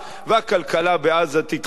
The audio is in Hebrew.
והכלכלה בעזה תתחזק,